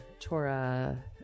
Torah